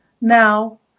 now